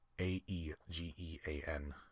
A-E-G-E-A-N